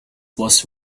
was